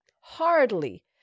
Hardly